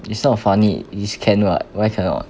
it is not funny it is can [what] why cannot